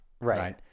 right